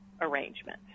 arrangement